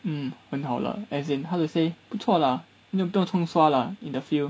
um 很好了 as in how to say 不错 lah 不用 chiong sua lah in the field